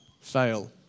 Fail